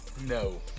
No